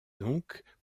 donc